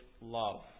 love